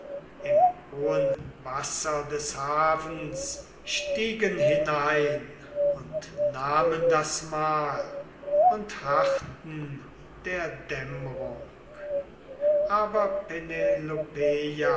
im hohen wasser des hafens stiegen hinein und nahmen das mahl und harrten der dämmrung aber